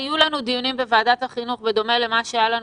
יהיו לנו דיונים בוועדת החינוך בדומה למה שהיה לנו,